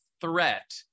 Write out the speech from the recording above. threat